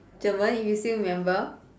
German if you still remember